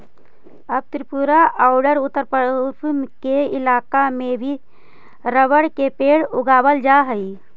अब त्रिपुरा औउर उत्तरपूर्व के इलाका में भी रबर के पेड़ उगावल जा हई